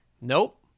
nope